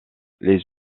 les